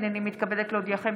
הינני מתכבדת להודיעכם,